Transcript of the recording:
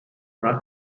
una